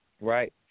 right